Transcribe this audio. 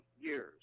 years